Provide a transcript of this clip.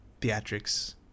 theatrics